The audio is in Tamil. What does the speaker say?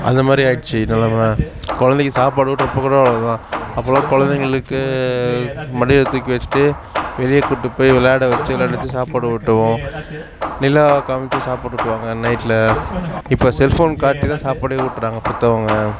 அந்த மாதிரி ஆயிடுச்சி நெலமை குழந்தைக்கி சாப்பாடு ஊட்டுறப்ப கூட அவ்வளோ தான் அப்போலாம் குழந்தைங்களுக்கு மடியில் தூக்கி வச்சுட்டு வெளியே கூட்டு போய் விளையாட வச்சு விளையாட வச்கு சாப்பாடு ஊட்டுவோம் நிலா காண்மிச்சி சாப்பாடு ஊட்டுவாங்க நைட்டில் இப்போ செல்ஃபோன் காட்டி தான் சாப்பாடே ஊட்டுறாங்க பெற்றவங்க